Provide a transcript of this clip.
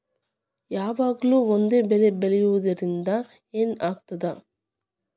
ಯಾವಾಗ್ಲೂ ಒಂದೇ ಬೆಳಿ ಬೆಳೆಯುವುದರಿಂದ ಏನ್ ಆಗ್ತದ?